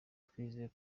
twizeye